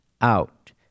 out